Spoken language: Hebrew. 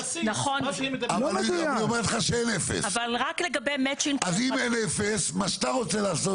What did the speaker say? היא אומרת לך אין 0%. אם אין 0% אז מה שאתה רוצה לעשות